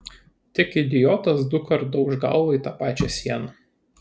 tik idiotas dukart dauš galvą į tą pačią sieną